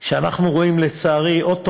שאנחנו רואים, לצערי, עוד תוכנית,